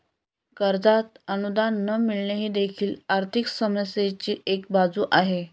कर्जात अनुदान न मिळणे ही देखील आर्थिक समस्येची एक बाजू आहे